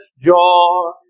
joy